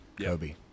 Kobe